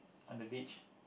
on the beach